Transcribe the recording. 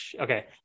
okay